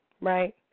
right